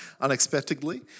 unexpectedly